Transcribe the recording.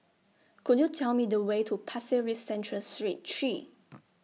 Could YOU Tell Me The Way to Pasir Ris Central Street three